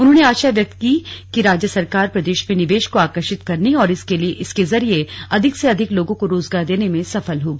उन्होंने आशा व्यक्त की कि राज्य सरकार प्रदेश में निवेश को आकर्षित करने और इसके जरिए अधिक से अधिक लोगों को रोजगार देने में सफल होगी